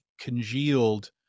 congealed